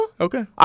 Okay